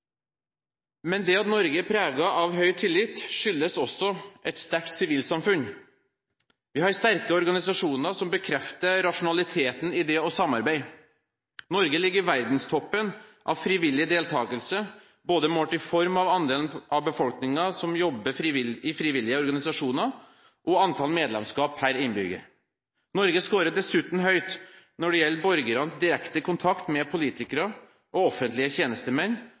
Men det at Norge er preget av høy tillit, skyldes også et sterkt sivilsamfunn. Vi har sterke organisasjoner som bekrefter rasjonaliteten i det å samarbeide. Norge ligger i verdenstoppen av frivillig deltakelse, både målt i form av andelen av befolkningen som jobber i frivillige organisasjoner, og antall medlemskap per innbygger. Norge scorer dessuten høyt når det gjelder borgernes direkte kontakt med politikere og offentlige tjenestemenn,